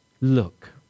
Look